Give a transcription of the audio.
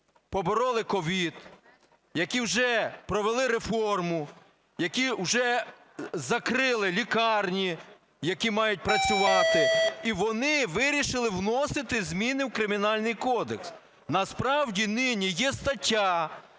побороли COVID, які вже провели реформу, які вже закрили лікарні, які мають працювати. І вони вирішили вносити зміни в Кримінальний кодекс. Насправді, нині є стаття